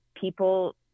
people